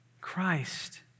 Christ